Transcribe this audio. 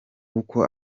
uko